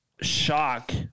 shock